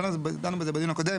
דנו בזה בדיון הקודם.